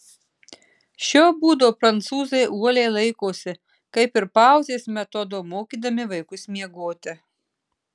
šio būdo prancūzai uoliai laikosi kaip ir pauzės metodo mokydami vaikus miegoti